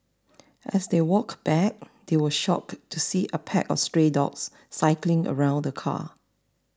as they walked back they were shocked to see a pack of stray dogs circling around the car